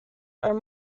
are